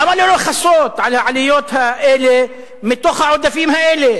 למה לא לכסות את העליות האלה מתוך העודפים האלה